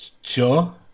Sure